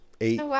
eight